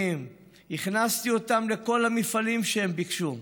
הכנסתי אותם לכל המפעלים שהם ביקשו.